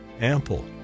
ample